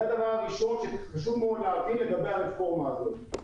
זה הדבר הראשון שחשוב מאוד להבין לגבי הרפורמה הזאת.